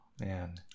man